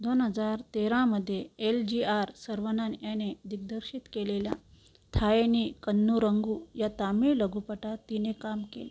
दोन हजार तेरामधे एल जी आर सर्वनन याने दिग्दर्शित केलेल्या थाये नी कन्नूरंगु या तामिळ लघुपटात तिने काम केले